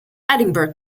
edinburgh